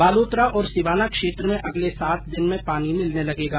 बालोतरा और सिवाना क्षेत्र में अगले सात दिन में पानी मिलने लगेगा